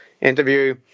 interview